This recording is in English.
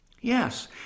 Yes